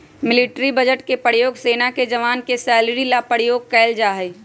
military budget के प्रयोग सेना के जवान के सैलरी ला प्रयोग कइल जाहई